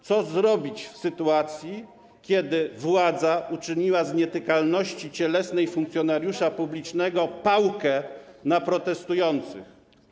Co zrobić, w sytuacji gdy władza uczyniła z nietykalności cielesnej funkcjonariusza publicznego pałkę na protestujących?